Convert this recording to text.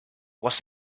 was